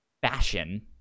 fashion